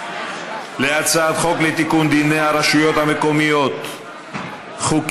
להצעת חוק לתיקון דיני הרשויות המקומיות (חוקי